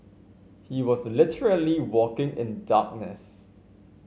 he was literally walking in darkness